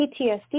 PTSD